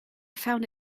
found